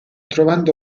trovando